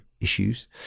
issues